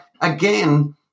again